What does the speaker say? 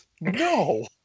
No